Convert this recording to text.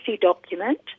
document